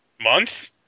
Months